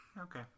okay